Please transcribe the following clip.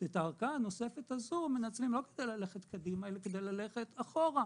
שאת הארכה הנוספת הזו הם לא מנצלים כדי ללכת קדימה אלא כדי ללכת אחורה.